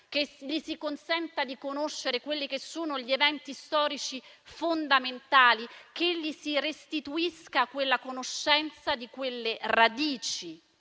che gli si consenta di conoscere quelli che sono gli eventi storici fondamentali; che gli si restituisca la conoscenza di quelle radici